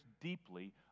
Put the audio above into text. deeply